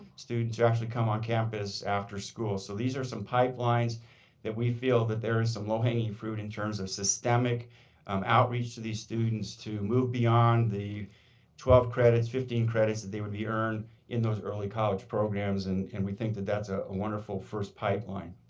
student who actually come on campus after school. so these are some pipelines that we feel that there is some low hanging fruit in terms of systematic um outreach to these students to move beyond the twelve credits, fifteen credits that they would earn in those early college programs. and and we think that that's a wonderful first pipeline.